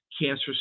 cancer